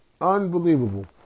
Unbelievable